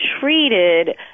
treated